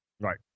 Right